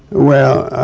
well,